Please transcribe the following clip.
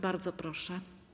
Bardzo proszę.